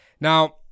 Now